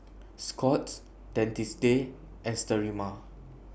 Scott's Dentiste and Sterimar